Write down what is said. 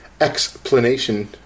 Explanation